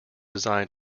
designed